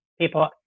people